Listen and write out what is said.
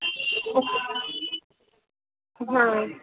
हँ हँ